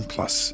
Plus